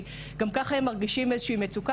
גם ככה הם מרגישים איזושהי מצוקה,